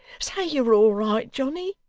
say you're all right, johnny